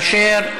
אשר,